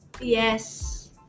Yes